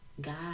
god